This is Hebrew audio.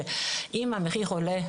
שאם המחיר עולה,